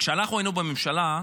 כשאנחנו היינו בממשלה,